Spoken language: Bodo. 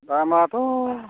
दामआथ'